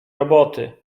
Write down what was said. roboty